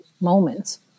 moments